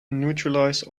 neutralize